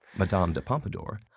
madame de pompadour,